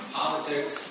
politics